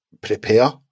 prepare